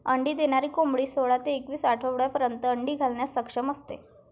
अंडी देणारी कोंबडी सोळा ते एकवीस आठवड्यांपर्यंत अंडी घालण्यास सक्षम असते